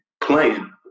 playing